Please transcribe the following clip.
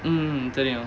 mm mm தெரியும்:teriyum